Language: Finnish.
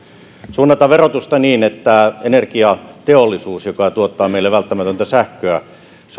suunnata verotusta niin että energiateollisuus joka tuottaa meille välttämätöntä sähköä